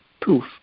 proof